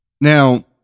Now